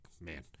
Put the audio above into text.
man